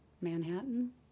Manhattan